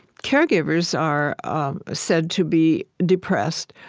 caregivers are um said to be depressed.